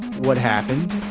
what happened?